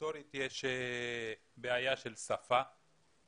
היסטורית בעיה של שפה